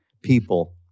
people